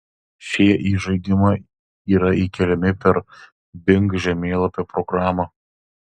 šie į žaidimą yra įkeliami per bing žemėlapių programą